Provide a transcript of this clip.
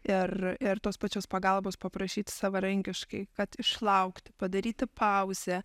ir ir tos pačios pagalbos paprašyt savarankiškai kad išlaukti padaryti pauzę